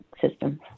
system